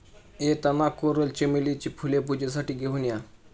येताना कोरल चमेलीची फुले पूजेसाठी घेऊन ये